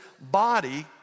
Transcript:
body